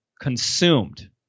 consumed